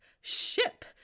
ship